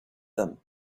them